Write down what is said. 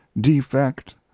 defect